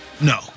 No